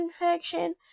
infection